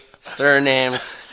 surnames